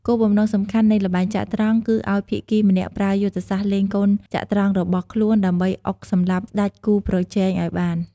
គោលបំណងសំខាន់នៃល្បែងចត្រង្គ គឺឲ្យភាគីម្នាក់ប្រើយុទ្ធសាស្ត្រលេងកូនចត្រង្គរបស់ខ្លួន ដើម្បីអុកសម្លាប់ស្ដេចគូប្រជែងឲ្យបាន។